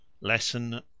Lesson